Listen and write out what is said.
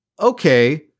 okay